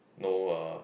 no uh